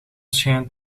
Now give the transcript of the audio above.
schijnt